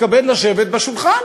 והתכבד לשבת ליד השולחן.